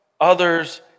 others